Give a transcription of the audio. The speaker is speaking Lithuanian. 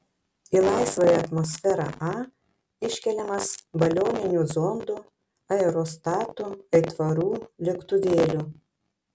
į laisvąją atmosferą a iškeliamas balioninių zondų aerostatų aitvarų lėktuvėlių